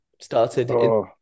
started